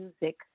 music